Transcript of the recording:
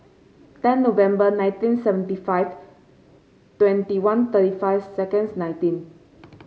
ten November nineteen seventy five twenty one thirty five seconds nineteen